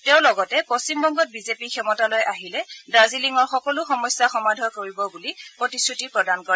তেওঁ লগতে পশ্চিমবঙ্গত বিজেপি ক্ষমতালৈ আহিলে দাৰ্জিলিঙৰ সকলো সমস্যা সমাধান কৰিব বুলি প্ৰতিশ্ৰুতি প্ৰদান কৰে